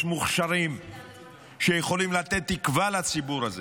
מוכשרים שיכולים לתת תקווה לציבור הזה,